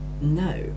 No